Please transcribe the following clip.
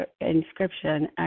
inscription